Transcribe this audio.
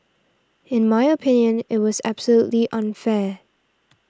in my opinion it was absolutely unfair